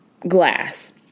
glass